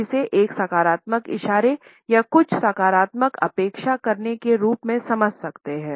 हम इसे एक सकारात्मक इशारे या कुछ सकारात्मक अपेक्षा करने के रूप में समझ सकते हैं